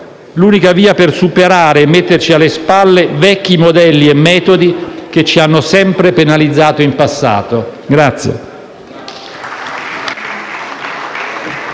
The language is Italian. l'unica via per superare e metterci alle spalle vecchi modelli e metodi che ci hanno sempre penalizzato in passato.